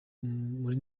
muri